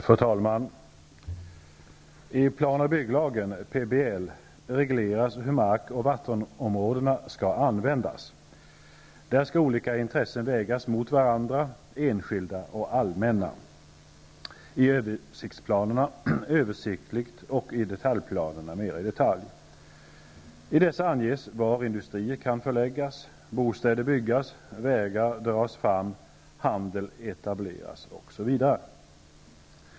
Fru talman! I plan och bygglagen, PBL, regleras hur mark och vattenområdena skall användas. Enligt denna skall olika intressen vägas mot varandra, enskilda och allmänna, enligt översiktsplanerna översiktligt och enligt detaljplanerna mera i detalj. I dessa anges var industrier kan förläggas, bostäder byggas, vägar dras fram, handel etableras, osv.